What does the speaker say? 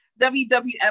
WWF